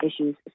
issues